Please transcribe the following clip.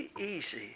easy